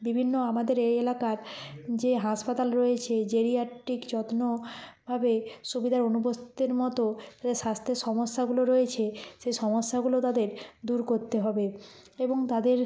বিভিন্ন আমাদের এই এলাকার যে হাসপাতাল রয়েছে জেরিয়াট্রিক যত্ন ভাবে সুবিধার অনুপস্থিতের মতো তাদের স্বাস্থ্যের সমস্যাগুলো রয়েছে সে সমস্যাগুলো তাদের দূর করতে হবে এবং তাদের